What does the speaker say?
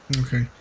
Okay